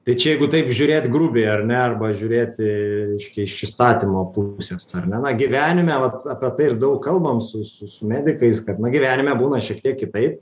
tai čia jeigu taip žiūrėt grubiai ar ne arba žiūrėti reiškia iš įstatymo pusės ar ne na gyvenime vat apie tai ir daug kalbam su su su medikais kad na gyvenime būna šiek tiek kitaip